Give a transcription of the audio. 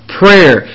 prayer